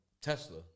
Tesla